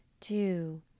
two